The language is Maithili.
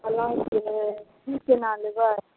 कहलहुॅं जे की केना लेबै